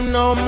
no